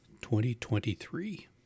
2023